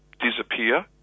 disappear